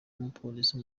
n’umupolisi